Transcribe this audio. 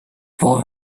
for